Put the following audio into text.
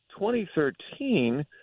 2013